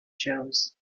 shows